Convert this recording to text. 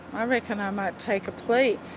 i reckon i might take a plea,